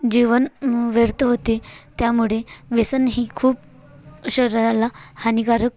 जीवन व्यर्थ होते त्यामुळे व्यसन ही खूप शरीराला हानिकारक